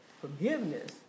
forgiveness